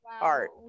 art